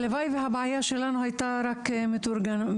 הלוואי והבעיה שלנו הייתה רק מתורגמנים.